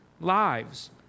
lives